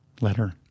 letter